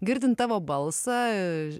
girdint tavo balsą